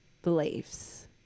beliefs